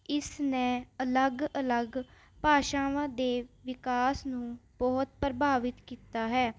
ਇਸ ਨੇ ਅਲੱਗ ਅਲੱਗ ਭਾਸ਼ਾਵਾਂ ਦੇ ਵਿਕਾਸ ਨੂੰ ਬਹੁਤ ਪ੍ਰਭਾਵਿਤ ਕੀਤਾ ਹੈ